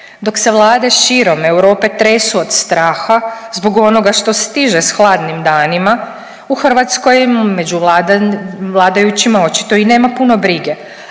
Dok se Vlade širom Europe tresu od straha zbog onoga što stiže s hladnim danima, u Hrvatskoj među vladajućima očito i nema puno brige,